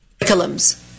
curriculums